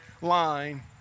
line